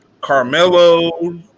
Carmelo